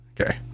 Okay